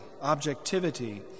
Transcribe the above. objectivity